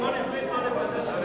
לשון עברית לא לוועדת החינוך?